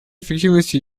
эффективности